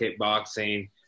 kickboxing